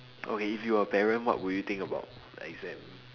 okay if you are a parent what will you think about exam